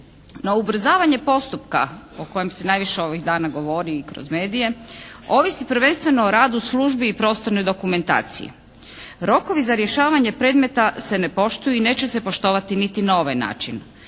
No, ubrzavanje postupka o kojem se najviše ovih dana govori i kroz medije, ovisi prvenstveno o radu službi i prostornoj dokumentaciji. Rokovi za rješavanja predmeta se ne poštuju i neće se poštovati niti na ovaj način.